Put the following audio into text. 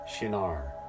Shinar